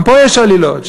גם פה יש עלילות,